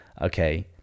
okay